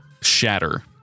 shatter